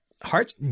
Hearts